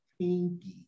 pinky